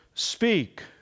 Speak